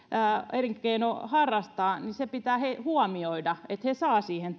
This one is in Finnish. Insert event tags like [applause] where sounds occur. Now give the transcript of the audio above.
elinkeinoa harjoittaa niin se pitää huomioida että he saavat siihen [unintelligible]